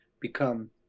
become